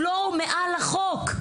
הוא לא מעל לחוק,